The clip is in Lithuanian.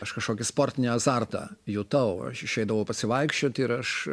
aš kažkokį sportinį azartą jutau aš išeidavau pasivaikščioti ir aš